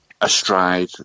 astride